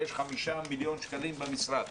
יש 5,000,000 ₪ במשרד